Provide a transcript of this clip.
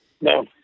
No